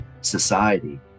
society